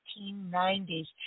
1990s